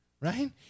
Right